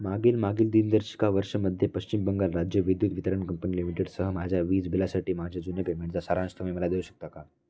मागील मागील दिनदर्शिका वर्षामध्ये पश्चिम बंगाल राज्य विद्युत वितरण कंपनी लिमिटेड सह माझ्या वीज बिलासाठी माझ्या जुने पेमेंटचा सारांश तुम्ही मला देऊ शकता का